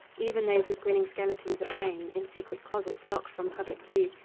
even those with grinning skeletons at home in secret closets locked from public view,